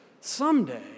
Someday